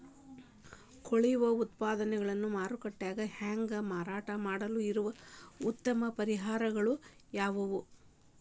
ಕೊಳೆವ ಉತ್ಪನ್ನಗಳನ್ನ ಮಾರ್ಕೇಟ್ ನ್ಯಾಗ ಮಾರಾಟ ಮಾಡಲು ಇರುವ ಉತ್ತಮ ಪರಿಹಾರಗಳು ಯಾವವು?